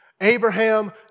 Abraham